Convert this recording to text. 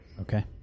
Okay